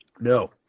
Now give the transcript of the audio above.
No